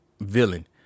villain